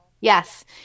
yes